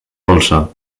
dolça